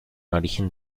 origen